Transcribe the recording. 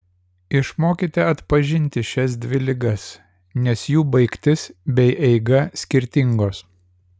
išmokite pažinti šias dvi ligas nes jų baigtis bei eiga skirtingos